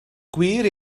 gwir